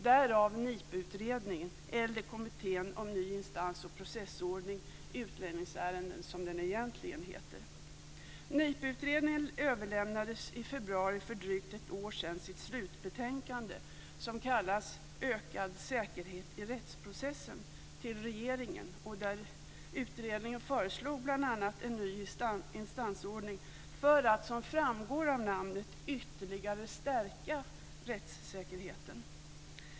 Därför tillkom NIPU-utredningen eller Kommittén om ny instans och processordning i utlänningsärenden, som den egentligen heter. NIPU-utredningen överlämnade i februari för drygt ett år sedan sitt slutbetänkande Ökad säkerhet i rättsprocessen till regeringen. I den utredningen föreslogs bl.a. en ny instansordning för att, som framgår av betänkandets titel, ytterligare stärka rättssäkerheten.